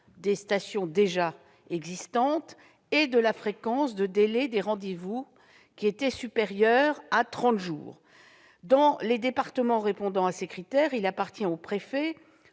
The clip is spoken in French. des stations existantes et de la fréquence des délais de rendez-vous supérieurs à 30 jours. Dans les départements répondant à ces critères, il appartient aux préfets,